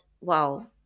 wow